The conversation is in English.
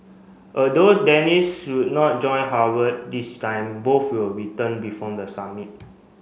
although Dennis should not join Howard this time both will return before the summit